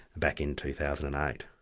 back in two thousand and eight.